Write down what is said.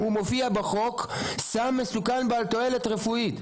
מופיעים בחוק כסם מסוכן בעל תועלת רפואית.